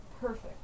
perfect